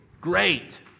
Great